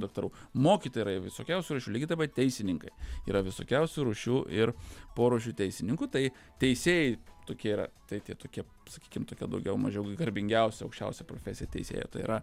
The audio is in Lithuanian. daktarų mokytojai yra visokiausių rūšių lygiai taip pat teisininkai yra visokiausių rūšių ir porūšių teisininkų tai teisėjai tokie yra tai tie tokie sakykim tokia daugiau mažiau garbingiausia aukščiausia profesija teisėjo tai yra